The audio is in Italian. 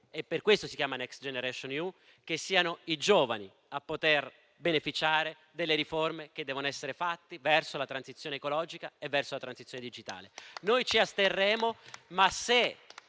- per questo si chiama Next generation EU - a poter beneficiare delle riforme che devono essere fatte verso la transizione ecologica e verso la transizione digitale. Noi ci asterremo, ma se